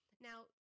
Now